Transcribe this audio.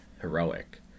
heroic